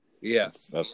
Yes